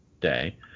day